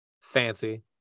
Fancy